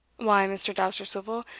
why, mr. dousterswivel,